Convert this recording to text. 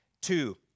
Two